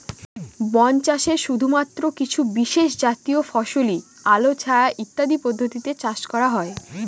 বন চাষে শুধুমাত্র কিছু বিশেষজাতীয় ফসলই আলো ছায়া ইত্যাদি পদ্ধতিতে চাষ করা হয়